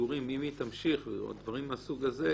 אם תמשיך ריבית פיגורים,